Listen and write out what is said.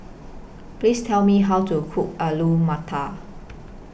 Please Tell Me How to Cook Alu Matar